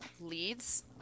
leads